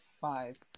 five